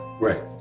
Right